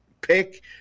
pick